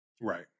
Right